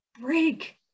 break